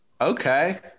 Okay